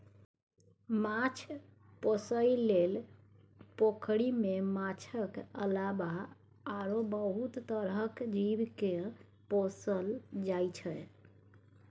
माछ पोसइ लेल पोखरि मे माछक अलावा आरो बहुत तरहक जीव केँ पोसल जाइ छै